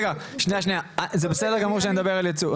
זה בסדר גמור שאני מדבר על ייצוא,